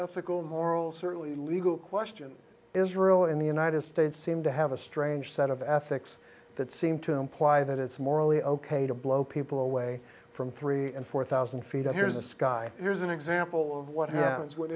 ethical moral certainly legal question israel in the united states seem to have a strange set of ethics that seem to imply that it's morally ok to blow people away from three and four thousand feet oh here's a sky here's an example of what happens w